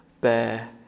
bear